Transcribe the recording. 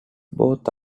both